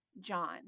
John